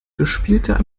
gespielter